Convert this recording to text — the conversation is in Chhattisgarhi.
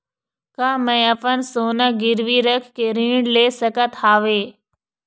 का मैं अपन सोना गिरवी रख के ऋण ले सकत हावे?